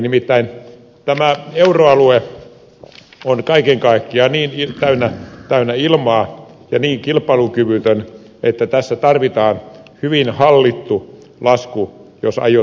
nimittäin tämä euroalue on kaiken kaikkiaan niin täynnä ilmaa ja niin kilpailukyvytön että tässä tarvitaan hyvin hallittu lasku jos aiotaan palauttaa kilpailukyky